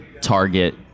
target